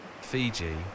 Fiji